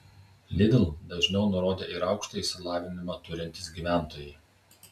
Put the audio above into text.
lidl dažniau nurodė ir aukštąjį išsilavinimą turintys gyventojai